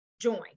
join